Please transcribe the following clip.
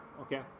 Okay